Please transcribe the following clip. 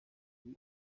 iri